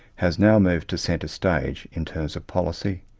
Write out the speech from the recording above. has now moved to centre stage in terms of policy,